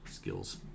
Skills